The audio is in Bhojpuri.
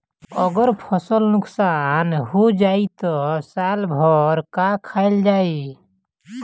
अगर फसल नुकसान हो जाई त साल भर का खाईल जाई